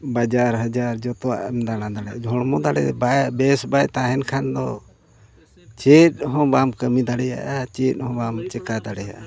ᱵᱟᱡᱟᱨ ᱦᱟᱡᱟᱨ ᱡᱚᱛᱚᱣᱟᱜ ᱮᱢ ᱫᱟᱬᱟ ᱫᱟᱲᱮᱭᱟᱜᱼᱟ ᱦᱚᱲᱢᱚ ᱫᱟᱲᱮ ᱵᱟᱭ ᱵᱮᱥ ᱵᱟᱭ ᱛᱟᱦᱮᱱ ᱠᱷᱟᱱ ᱫᱚ ᱪᱮᱫᱦᱚᱸ ᱵᱟᱢ ᱠᱟᱹᱢᱤ ᱫᱟᱲᱮᱭᱟᱜᱼᱟ ᱪᱮᱫ ᱦᱚᱸ ᱵᱟᱢ ᱪᱮᱠᱟ ᱫᱟᱲᱮᱭᱟᱜᱼᱟ